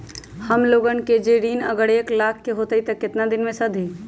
हमन लोगन के जे ऋन अगर एक लाख के होई त केतना दिन मे सधी?